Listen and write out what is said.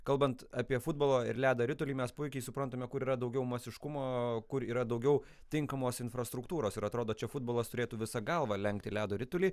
kalbant apie futbolo ir ledo ritulį mes puikiai suprantame kur yra daugiau masiškumo kur yra daugiau tinkamos infrastruktūros ir atrodo čia futbolas turėtų visa galva lenkti ledo ritulį